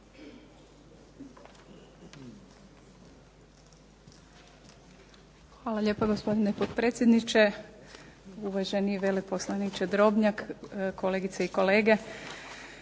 Hvala lijepa, gospodine potpredsjedniče. Uvaženi veleposlaniče Drobnjak, kolegice i kolege.